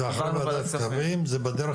זה אחרי ועדת הכספים, זה בדרך